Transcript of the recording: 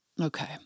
Okay